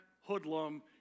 hoodlum